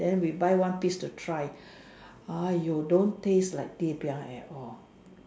then we buy one piece to try !aiyo! don't taste like ti-piang at all